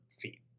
feet